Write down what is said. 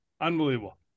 Unbelievable